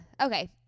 Okay